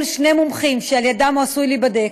שני מומחים שעל ידיהם הוא עשוי להיבדק,